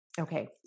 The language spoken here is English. Okay